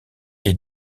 est